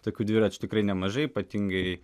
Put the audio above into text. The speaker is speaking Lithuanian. tokių dviračių tikrai nemažai ypatingai